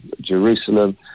Jerusalem